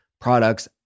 products